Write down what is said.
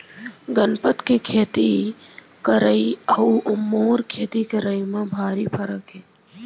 गनपत के खेती करई अउ मोर खेती करई म भारी फरक हे